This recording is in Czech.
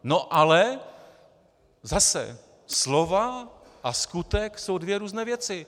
No ale zase slova a skutek jsou dvě různé věci.